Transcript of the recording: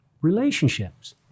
relationships